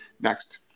next